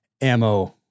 ammo